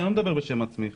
אני לא מדבר בשם עצמי.